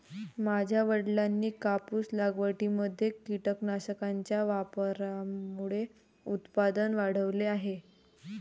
माझ्या वडिलांनी कापूस लागवडीमध्ये कीटकनाशकांच्या वापरामुळे उत्पादन वाढवले आहे